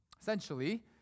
Essentially